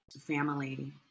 family